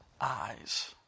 eyes